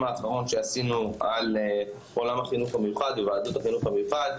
האחרון שעשינו על עולם החינוך המיוחד בוועדות החינוך המיוחד,